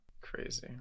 Crazy